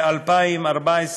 ב-2014,